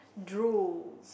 drools